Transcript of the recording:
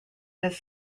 his